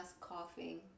coughing